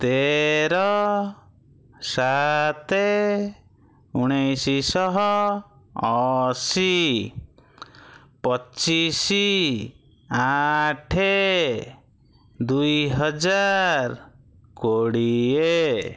ତେର ସାତ ଉଣେଇଶିଶହଅଶୀ ପଚିଶି ଆଠ ଦୁଇହଜାର କୋଡ଼ିଏ